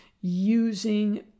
using